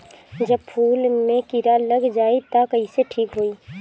जब फूल मे किरा लग जाई त कइसे ठिक होई?